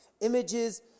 images